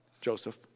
Joseph